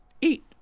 eat